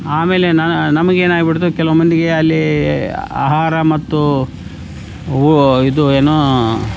ಆಮೇಲೆ ನಮ್ಗೇನಾಗಿ ಬಿಡ್ತು ಕೆಲವು ಮಂದಿಗೆ ಅಲ್ಲಿ ಆಹಾರ ಮತ್ತು ವ ಇದು ಏನು